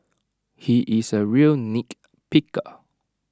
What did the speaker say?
he is A real nitpicker